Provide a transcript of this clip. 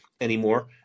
anymore